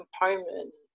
component